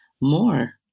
more